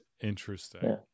interesting